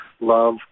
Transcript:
love